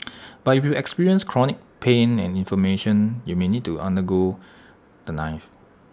but if you experience chronic pain and inflammation you may need to under go the knife